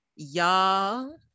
Y'all